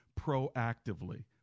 proactively